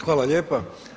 Hvala lijepa.